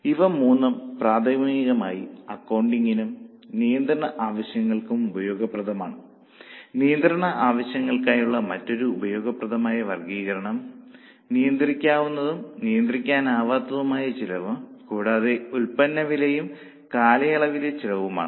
ഇവ മൂന്നും പ്രാഥമികമായി അക്കൌണ്ടിംഗിനും നിയന്ത്രണ ആവശ്യങ്ങൾക്കും ഉപയോഗപ്രദമാണ് നിയന്ത്രണ ആവശ്യങ്ങൾക്കായുള്ള മറ്റൊരു ഉപയോഗപ്രദമായ വർഗ്ഗീകരണം നിയന്ത്രിക്കാവുന്നതും നിയന്ത്രിക്കാനാകാത്തതുമായ ചെലവും കൂടാതെ ഉൽപ്പന്ന വിലയും കാലയളവിലെ ചെലവുമാണ്